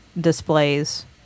displays